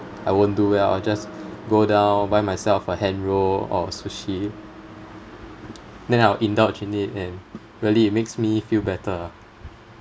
I won't do well I'll just go down buy myself a hand roll or sushi then I'll indulge in it and really it makes me feel better